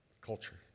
culture